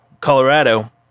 Colorado